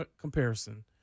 comparison